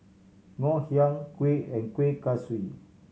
Ngoh Hiang kuih and Kueh Kaswi